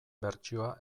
bertsioa